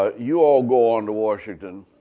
ah you all go on to washington.